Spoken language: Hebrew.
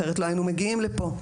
אחרת לא היינו מגיעים לפה,